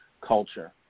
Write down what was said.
culture